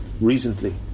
recently